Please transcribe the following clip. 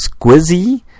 Squizzy